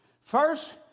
First